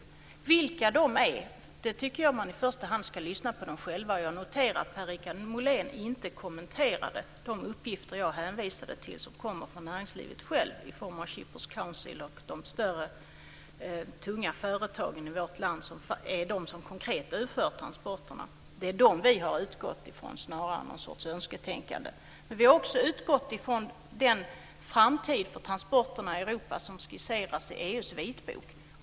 För att få veta vilka de är tycker jag att man i första hand ska lyssna på dem själva. Jag noterar att Per-Richard Molén inte kommenterade de uppgifter jag hänvisade till som kommer från näringslivet självt i form av Shippers Council och de tunga företag i vårt land som faktiskt utför transporterna. Vi har utgått från dem snarare än någon sorts önsketänkande. Men vi har också utgått från den framtid för transporterna i Europa som skisseras i EU:s vitbok.